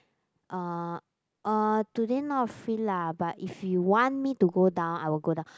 uh uh today not free lah but if you want me to go down I will go down